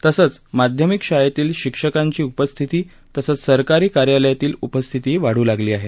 तसंच माध्यमिक शाळेतील शिक्षकांची उपस्थिती तसंच सरकारी कार्यालयातली उपस्थितीही वाढू लागली आहे